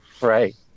Right